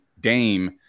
Dame